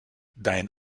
dein